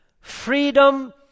freedom